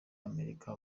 amerika